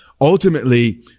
ultimately